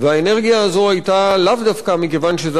והאנרגיה הזו היתה לאו דווקא מכיוון שזה